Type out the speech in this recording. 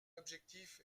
objectif